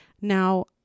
Now